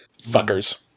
Fuckers